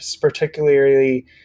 particularly